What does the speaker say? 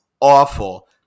awful